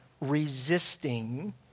resisting